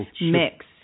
mix